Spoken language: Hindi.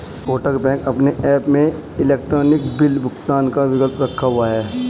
कोटक बैंक अपने ऐप में इलेक्ट्रॉनिक बिल भुगतान का विकल्प रखा हुआ है